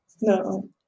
No